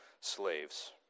slaves